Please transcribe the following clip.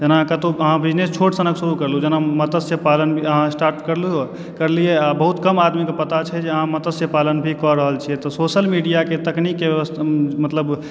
जेना कतहुँ अहाँ बिजनेस छोट सिना शुरु करलहुँ जेना मत्स्यपालन अहाँ स्टार्ट करलहुँ हँ करलियै हँ आ बहुत कम आदमीकऽ पता छै जे अहाँ मत्स्यपालन भी कऽ रहल छियै तऽ सोशल मीडियाकऽ तकनीककऽ व्यवस मतलब